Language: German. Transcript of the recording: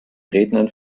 rednern